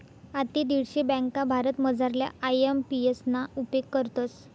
आते दीडशे ब्यांका भारतमझारल्या आय.एम.पी.एस ना उपेग करतस